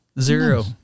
Zero